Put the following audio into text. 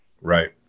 Right